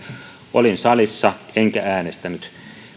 olin salissa enkä äänestänyt